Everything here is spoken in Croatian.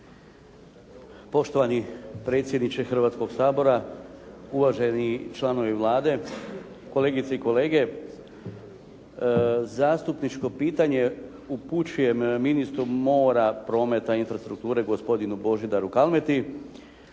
Poštovani predsjedniče Hrvatskoga sabora, uvaženi članovi Vlade, kolegice i kolege. Zastupničko pitanje upućujem ministru mora, prometa i infrastrukture, gospodinu Božidaru Kalmeti.